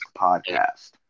podcast